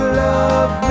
love